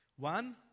One